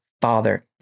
Father